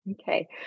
Okay